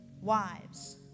Wives